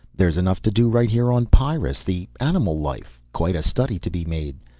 there's enough to do right here on pyrrus. the animal life, quite a study to be made,